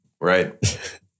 right